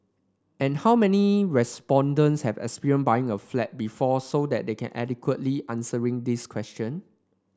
and how many respondents have experience buying a flat before so that they can adequately answering this question